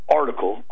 article